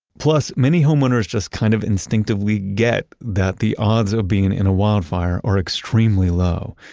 plus, many homeowners just kind of instinctively get that the odds of being in a wildfire are extremely low.